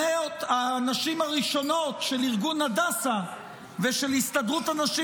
הנשים הראשונות של ארגון הדסה ושל הסתדרות הנשים